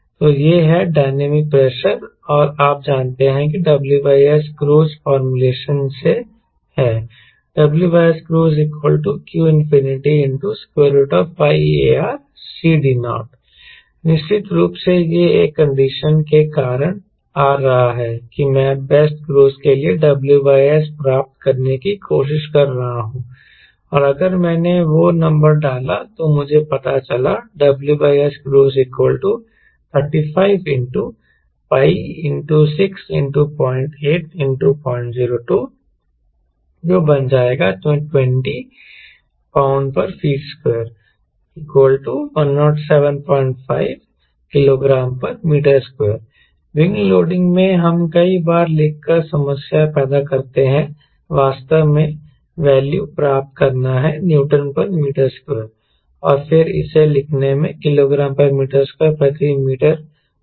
तो यह है डायनामिक प्रेशर और आप जानते हैं कि WS क्रूज फॉर्मूलेशन से है WScruise q π AReCD0 निश्चित रूप से यह एक कंडीशन के कारण आ रहा है कि मैं बेस्ट क्रूज़ के लिए WS प्राप्त करने की कोशिश कर रहा हूं और अगर मैंने वो नंबर डाला तो मुझे पता चला WScruise35 π608002 20lbft2 1075kgm2 wing loading में हम कई बार लिखकर समस्या पैदा करते हैं वास्तव में वैल्यू प्राप्त करना है Nm2 और फिर इसे लिखने से kgm2 प्रति मीटर स्क्वायर होता है